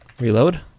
reload